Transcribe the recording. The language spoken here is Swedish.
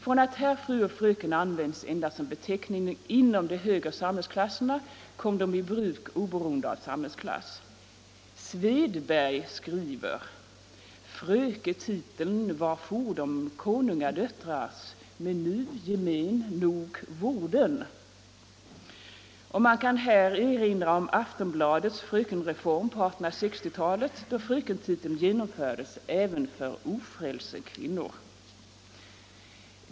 Från att herr, fru och fröken använts som beteckning endast inom de högre samhällsklasserna kom de i bruk oberoende av samhällsklass. Swedberg skriver: ”Fröke titeln war fordom Konungadöttrars, men nu gemen nog worden.” Och man kan här erinra om Aftonbladets frökenreform på 1860-talet, då frökentiteln genomfördes även för ofrälse kvinnor.